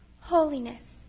Holiness